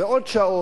ועוד שעות,